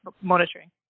monitoring